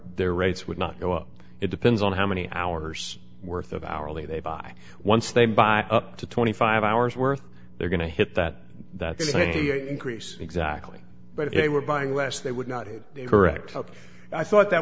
their rates would not go up it depends on how many hours worth of hourly they buy once they buy up to twenty five hours worth they're going to hit that increase exactly but if they were buying less they would not be correct i thought that